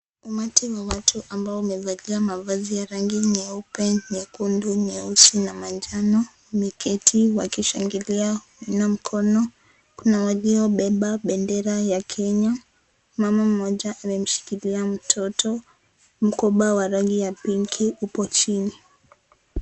Umati wa watu ambao wamevalia mavazia ya rangi nyeupe, nyekundu, nyeusi, na manjano umeketi wakishangilia na kuinua mikono. Kuna waliobeba bendera ya Kenya . Mama mmoja amemshikilia mtoto, mkoba wa rangi ya pinki upo chini.